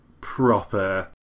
proper